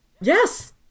yes